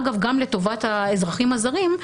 אגב גם לטובת האזרחים הזרים,